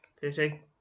Pity